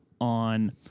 on